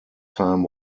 time